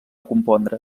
compondre